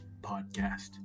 podcast